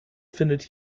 findet